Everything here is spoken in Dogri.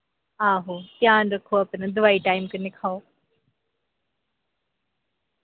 आहो ध्यान रक्खो अपना दवाई टाइम कन्नै खाओ